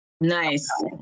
Nice